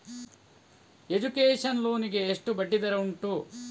Education loan ಗೆ ಎಷ್ಟು ಬಡ್ಡಿ ದರ ಉಂಟು?